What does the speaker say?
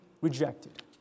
rejected